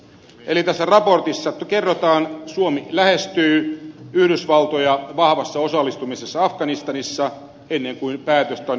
eli tässä raportissa kerrotaan että suomi lähestyy yhdysvaltoja vahvassa osallistumisessa afganistanissa ennen kuin päätöstä on edes tehty